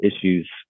issues